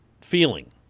feeling